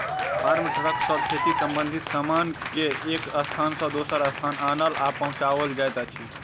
farm truck सॅ खेती संबंधित सामान के एक स्थान सॅ दोसर स्थान आनल आ पहुँचाओल जाइत अछि